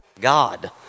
God